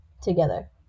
together